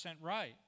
right